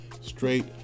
straight